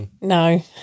No